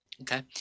Okay